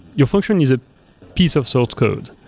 your function is a piece of source code.